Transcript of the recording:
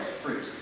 fruit